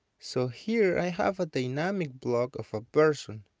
so here i have a dynamic block of a person.